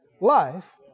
life